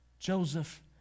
Joseph